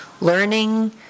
learning